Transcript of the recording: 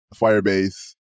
Firebase